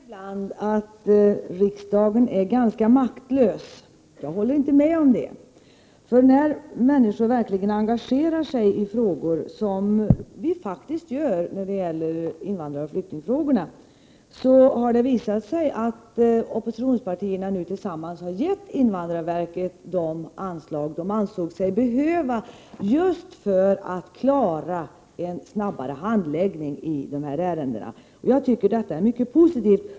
Herr talman! Det sägs ibland att riksdagen är ganska maktlös. Jag håller inte med om det. När människor verkligen engagerar sig i frågor, som vi faktiskt gör när det gäller invandraroch flyktingfrågorna, har det nämligen visat sig att oppositionspartierna tillsammans har gett invandrarverket de anslag som verket ansåg sig behöva just för att klara en snabbare handläggning av ifrågavarande ärenden. Jag tycker att det är mycket positivt.